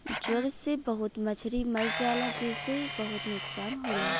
ज्वर से बहुत मछरी मर जाला जेसे बहुत नुकसान होला